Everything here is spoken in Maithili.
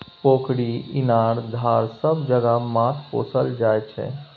पोखरि, इनार, धार सब जगह माछ पोसल जाइ छै